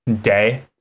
day